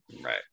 right